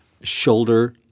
shoulder